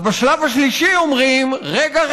אז בשלב השלישי אומרים: רגע,